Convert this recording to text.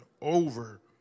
over